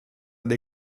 dei